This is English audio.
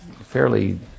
fairly